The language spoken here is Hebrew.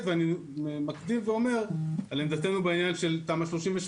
ואני מקדים ואומר על עמדתנו בעניין של תמ"א 38,